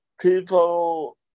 people